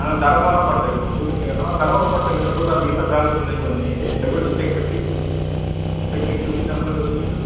ఆ ధర్మవరం పట్టు ఇప్పుడు చూపించా కద అమ్మా ధర్మవరం పట్టు ఇంకా చూడురా మిగతా బాలన్స్ ఉన్నాయి కొన్ని అవి కూడా తెచ్చి ఇక్కడ పెట్టు పెట్టి చూపించు అమ్మగారికి చూపించు